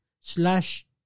slash